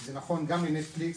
זה נכון גם לנטפליקס,